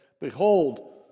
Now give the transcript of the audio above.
Behold